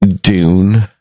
Dune